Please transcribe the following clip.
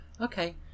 Okay